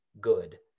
Good